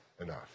enough